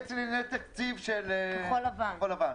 יועץ לענייני תקציב של כחול לבן.